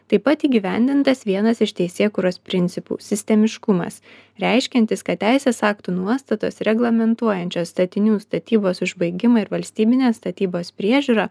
taip pat įgyvendintas vienas iš teisėkūros principų sistemiškumas reiškiantis kad teisės aktų nuostatos reglamentuojančios statinių statybos užbaigimą ir valstybinę statybos priežiūrą